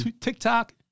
TikTok